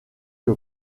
que